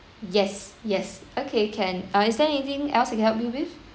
yes yes okay can uh is there anything else I can help you with